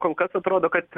kol kas atrodo kad